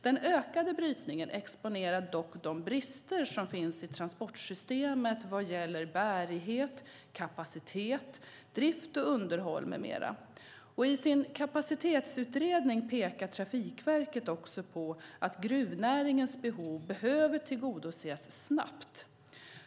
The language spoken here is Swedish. Den ökade brytningen exponerar dock de brister som finns i transportsystemet vad gäller bärighet, kapacitet, drift och underhåll med mera. I sin kapacitetsutredning pekar Trafikverket också på att gruvnäringens behov behöver tillgodoses snabbt.